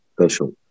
special